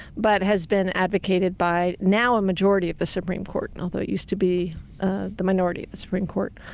but has been advocated by now a majority of the supreme court, and although it used to be ah the minority of the supreme court.